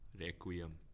Requiem